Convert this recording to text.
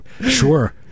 Sure